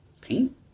Paint